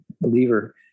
believer